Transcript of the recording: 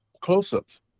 close-ups